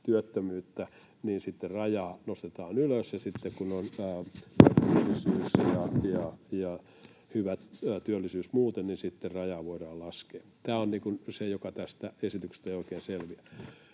työttömyyttä, niin rajaa nostetaan ylös, ja sitten kun on hyvä työllisyys muuten, niin rajaa voidaan laskea. Tämä on se, mikä tästä esityksestä ei oikein selviä.